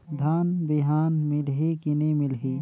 धान बिहान मिलही की नी मिलही?